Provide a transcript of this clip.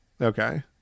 Okay